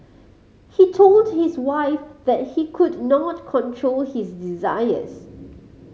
he told his wife that he could not control his desires